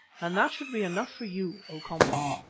and that should be enough for you, o komba.